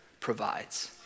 provides